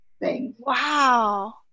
Wow